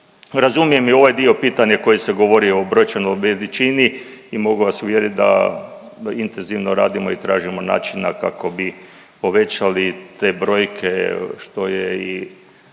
Razumijem i ovaj dio pitanja koji se govori o brojčanoj veličini i mogu vas uvjerit da intenzivno radimo i tražimo načina kako bi povećali te brojke što je i